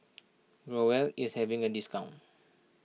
Growell is having a discount